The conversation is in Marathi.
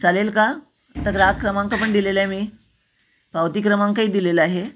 चालेल का आता ग्राहक क्रमांक पण दिलेलं आहे मी पावती क्रमांकही दिलेलं आहे